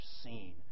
seen